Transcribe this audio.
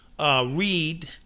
read